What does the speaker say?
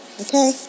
okay